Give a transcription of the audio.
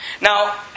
Now